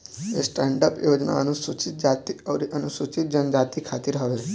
stand up योजना अनुसूचित जाती अउरी अनुसूचित जनजाति खातिर हवे